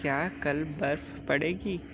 क्या कल बर्फ़ पड़ेगी